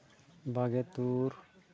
ᱵᱟᱜᱮ ᱛᱩᱨ